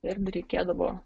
ir reikėdavo